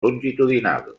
longitudinal